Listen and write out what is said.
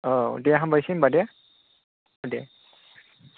औ दे हामबायसै होनबा दे दे